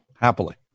Happily